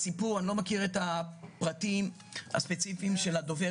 אני לא מכיר את הפרטים הספציפיים של הדובר